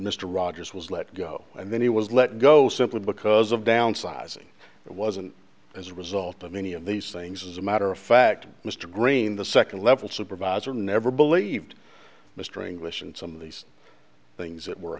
mr rogers was let go and then he was let go simply because of downsizing it wasn't as a result of any of these things as a matter of fact mr green the second level supervisor never believed mr english and some of these things at w